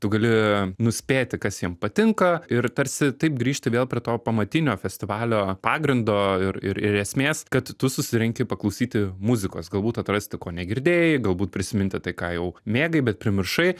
tu gali nuspėti kas jiem patinka ir tarsi taip grįžti vėl prie to pamatinio festivalio pagrindo ir ir ir esmės kad tu susirinkti paklausyti muzikos galbūt atrasti ko negirdėjai galbūt prisiminti tai ką jau mėgai bet primiršai